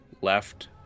left